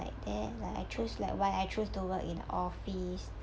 like there like I choose like why I choose to work in office